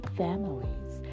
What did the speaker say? families